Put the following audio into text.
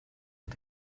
mit